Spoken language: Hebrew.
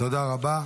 תודה רבה.